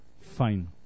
fine